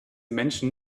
menschen